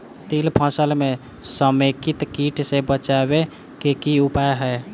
तिल फसल म समेकित कीट सँ बचाबै केँ की उपाय हय?